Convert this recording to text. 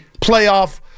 playoff